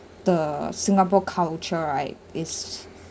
the singapore culture right is